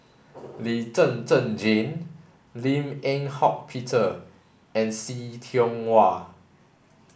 Lee Zhen Zhen Jane Lim Eng Hock Peter and See Tiong Wah